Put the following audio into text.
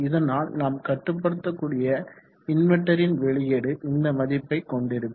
இதனால் நாம் கட்டுப்படுத்தக்கூடிய இன்வெர்ட்டரின் வெளியீடு இந்த மதிப்பை கொண்டிருக்கும்